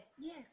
Yes